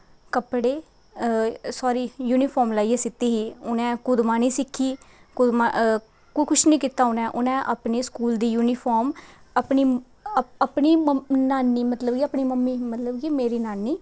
कपड़े sorry uniform लेइयै सीती ही उ'नें कुतेआ निं सिक्खी कुतेआ निं कुछ निं कीता उ'नें उ'नें अपनी स्कूल दी युनिफार्म अपमी नानी मतलब कि मेरी मम्मी मतलब कि मेरी नानी